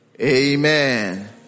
Amen